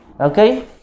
okay